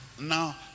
now